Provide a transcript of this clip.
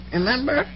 Remember